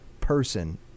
person